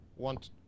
want